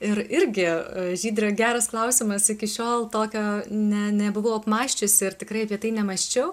ir irgi žydre geras klausimas iki šiol tokio ne nebuvau apmąsčiusi ir tikrai apie tai nemąsčiau